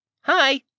Hi